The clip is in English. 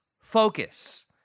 focus